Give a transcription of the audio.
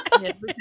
Yes